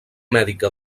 mèdica